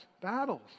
Battles